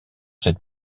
cette